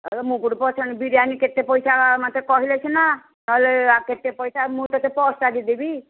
ଆରେ ମୁଁ କେଉଁଠୁ ପଇସା ଆଣିବି ବିରିୟାନୀ କେତେ ପଇସା ମୋତେ କହିଲେ ସିନା ନହେଲେ କେତେ ପଇସା ମୁଁ ତୋତେ ପର୍ସ୍ଟା ଦେଇଦେବି